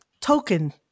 token